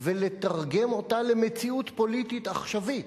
ולתרגם אותה למציאות פוליטית עכשווית,